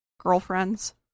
girlfriends